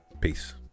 peace